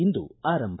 ಇಂದು ಆರಂಭ